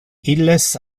illes